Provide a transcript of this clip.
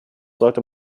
sollte